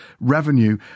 revenue